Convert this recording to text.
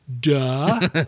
Duh